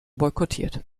boykottiert